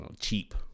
cheap